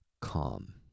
calm